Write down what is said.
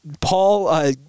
Paul